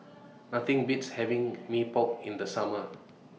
Nothing Beats having Mee Pok in The Summer